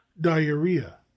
diarrhea